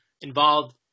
involved